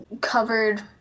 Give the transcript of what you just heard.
covered